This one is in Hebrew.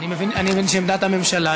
תודה רבה, חברת הכנסת זנדברג.